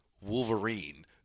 Wolverine